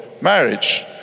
marriage